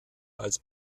als